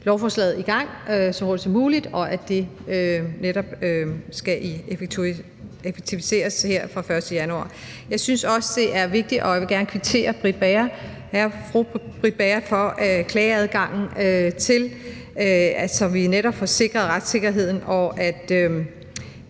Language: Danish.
lovforslaget i gang så hurtigt som muligt og for, at det netop skal effektueres her fra den 1. januar. Jeg synes også, det er vigtigt, og jeg vil gerne kvittere over for fru Britt Bager for det med klageadgangen, så vi netop får sikret retssikkerheden. Jeg